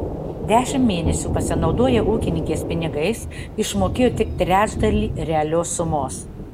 dešimt mėnesių pasinaudoję ūkininkės pinigais išmokėjo tik trečdalį realios sumos